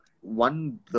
One